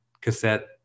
cassette